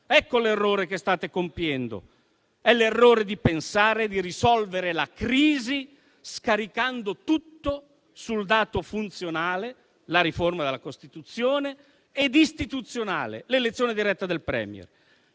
Ecco l'errore che state compiendo: pensare di risolvere la crisi scaricando tutto sul dato funzionale (la riforma della Costituzione) ed istituzionale (l'elezione diretta del *Premier*).